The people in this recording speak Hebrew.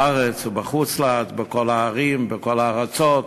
בארץ ובחוץ-לארץ, בכל הערים, בכל הארצות.